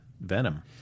Venom